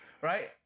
right